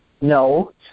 No